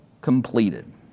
completed